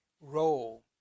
role